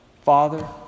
Father